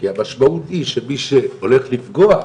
כי המשמעות היא שמי שהולך לפגוע,